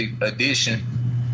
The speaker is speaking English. edition